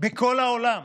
בכל העולם.